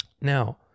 Now